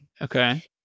Okay